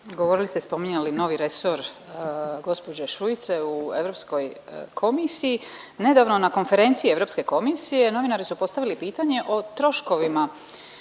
govorili ste i spominjali novi resor gospođe Šuice u Europskoj komisiji, nedavno na konferenciji Europske komisije novinari su postavili pitanje o troškovima